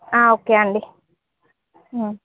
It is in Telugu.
ఒకే అండి